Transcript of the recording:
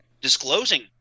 disclosing